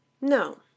No